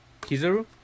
Kizaru